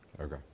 Okay